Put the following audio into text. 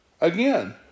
again